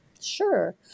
Sure